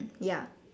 ya